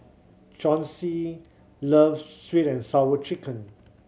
Chauncy loves Sweet And Sour Chicken